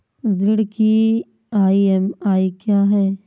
ऋण की ई.एम.आई क्या है?